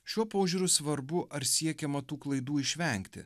šiuo požiūriu svarbu ar siekiama tų klaidų išvengti